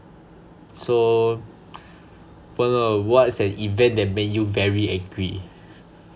so wen le what is an event that made you very angry